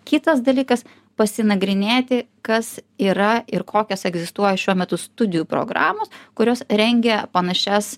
kitas dalykas pasinagrinėti kas yra ir kokios egzistuoja šiuo metu studijų programos kurios rengia panašias